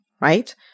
right